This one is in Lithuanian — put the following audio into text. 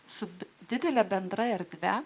su didele bendra erdve